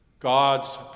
God's